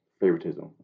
favoritism